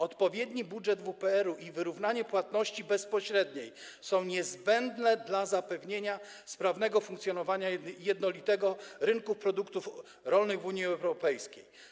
Odpowiedni budżet WPR i wyrównanie płatności bezpośrednich są niezbędne dla zapewnienia sprawnego funkcjonowania jednolitego rynku produktów rolnych w Unii Europejskiej.